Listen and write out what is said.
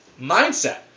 mindset